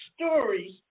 stories